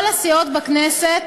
כל הסיעות בכנסת